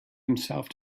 himself